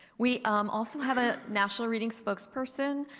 we um also have a national reading spokesperson,